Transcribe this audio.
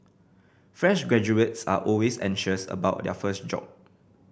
fresh graduates are always anxious about their first job